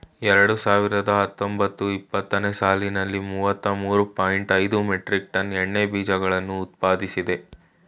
ಎರಡು ಸಾವಿರದ ಹತ್ತೊಂಬತ್ತು ಇಪ್ಪತ್ತನೇ ಸಾಲಿನಲ್ಲಿ ಮೂವತ್ತ ಮೂರು ಪಾಯಿಂಟ್ ಐದು ಮೆಟ್ರಿಕ್ ಟನ್ ಎಣ್ಣೆ ಬೀಜಗಳನ್ನು ಉತ್ಪಾದಿಸಿದೆ